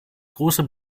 große